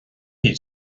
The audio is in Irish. hiad